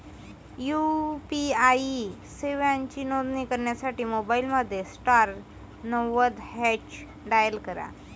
UPI सेवांची नोंदणी करण्यासाठी मोबाईलमध्ये स्टार नव्वद हॅच डायल करा